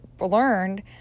learned